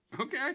Okay